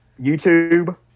YouTube